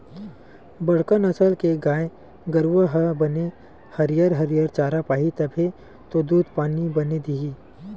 बड़का नसल के गाय गरूवा हर बने हरियर हरियर चारा पाही तभे तो दूद पानी बने दिही